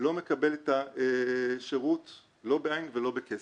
לא מקבל את השירות לא בעין ולא בכסף.